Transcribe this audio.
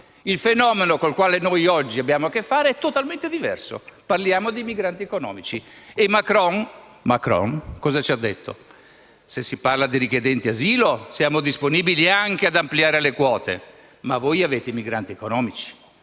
Il fenomeno con il quale oggi abbiamo a che fare è totalmente diverso: parliamo di migranti economici. E Macron cosa ci ha detto? Se si parla di richiedenti asilo, siamo disponibili anche ad ampliare le quote, ma voi avete i migranti economici;